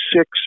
six